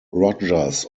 rogers